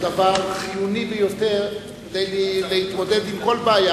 היא דבר חיוני ביותר להתמודד עם כל בעיה,